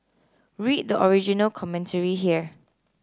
read the original commentary here